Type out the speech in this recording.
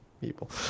people